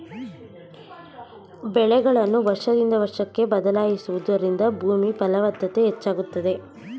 ಬೆಳೆಯನ್ನು ವರ್ಷದಿಂದ ವರ್ಷಕ್ಕೆ ಬದಲಾಯಿಸುವುದರಿಂದ ಭೂಮಿಯ ಫಲವತ್ತತೆ ಹೆಚ್ಚಾಗುತ್ತದೆ